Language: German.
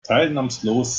teilnahmslos